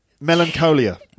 Melancholia